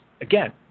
again